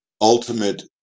ultimate